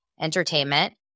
entertainment